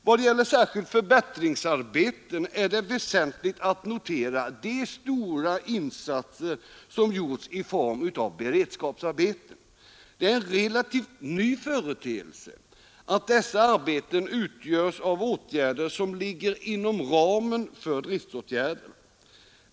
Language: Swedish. Vad gäller särskilt förbättringsarbeten är det väsentligt att notera de stora insatser som gjorts i form av beredskapsarbeten. Det är en relativt ny företeelse att dessa arbeten utgörs av åtgärder som ligger inom ramen för driftåtgärderna.